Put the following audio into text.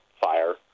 fire